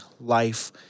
life